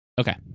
Okay